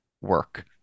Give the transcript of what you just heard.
work